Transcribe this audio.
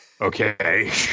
okay